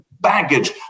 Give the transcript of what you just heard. baggage